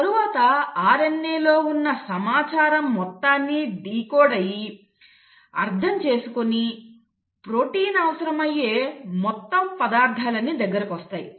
తరువాత RNA లో ఉన్న సమాచారం మొత్తం డికోడ్ అయ్యి అర్థం చేసుకొని ప్రోటీన్ అవసరమయ్యే మొత్తం పదార్థాలన్ని దగ్గరకు వస్తాయి